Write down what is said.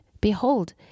Behold